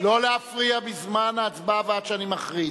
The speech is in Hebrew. לא להפריע בזמן ההצבעה ועד שאני מכריז.